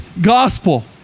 gospel